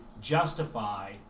justify